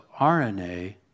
RNA